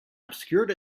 obscured